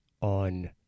on